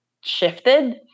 shifted